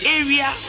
area